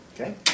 Okay